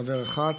חבר אחד,